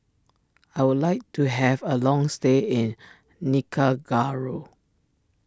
I would like to have a long stay in Nicaragua